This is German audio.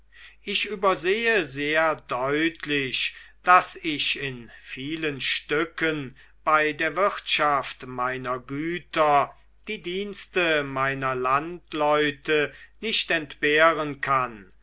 ich übersehe sehr deutlich daß ich in vielen stücken bei der wirtschaft meiner güter die dienste meiner landleute nicht entbehren kann